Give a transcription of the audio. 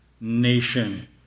nation